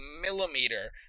millimeter